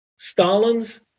Stalin's